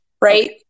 Right